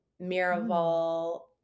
Miraval